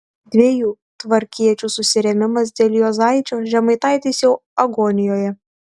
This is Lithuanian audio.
dviejų tvarkiečių susirėmimas dėl juozaičio žemaitaitis jau agonijoje